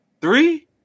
Three